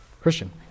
Christian